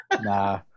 Nah